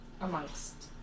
amongst